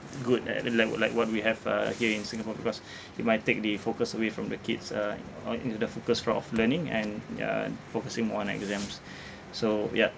good at l~ like what like what we have uh here in singapore because we might take the focus away from the kids uh or into the focus for of learning and ya focusing on exams so ya